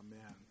Amen